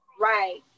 Right